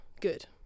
good